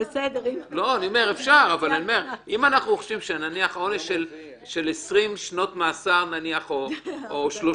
אם אנחנו חושבים שהעונש של 20 שנות מאסר או 30